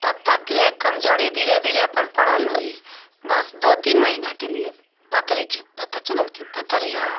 तब तक के लिए कमजोरी धीरे धीरे अपन पड़ल होइ बस दो तीन महीना के लिए पथरी के पता चलल कि पथरी हो